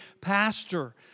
pastor